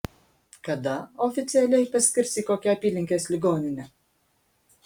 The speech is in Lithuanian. kada oficialiai paskirs į kokią apylinkės ligoninę